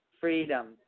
Freedom